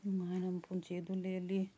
ꯅꯨꯡꯉꯥꯏꯅ ꯃꯄꯨꯟꯁꯤ ꯑꯗꯨ ꯂꯦꯜꯂꯤ